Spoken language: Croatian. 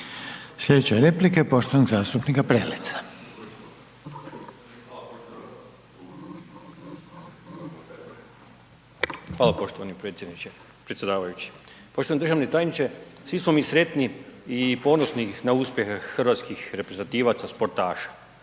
Sljedeća je replika poštovanog zastupnika Preleca. **Prelec, Alen (SDP)** Hvala poštovani predsjedavajući. Poštovani državni tajniče, svi smo mi sretni i ponosni na uspjehe hrvatskih reprezentativaca, sportaša.